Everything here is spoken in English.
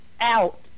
out